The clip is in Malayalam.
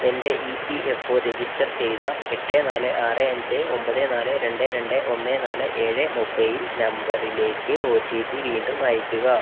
എൻ്റെ E P F O register ചെയ്ത എട്ട് നാല് ആറ് അഞ്ച് ഒമ്പത് നാല് രണ്ട് രണ്ട് ഒന്ന് നാല് ഏഴ് മൊബൈൽ നമ്പറിലേക്ക് ഒ ടി പി വീണ്ടും അയയ്ക്കുക